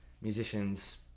musicians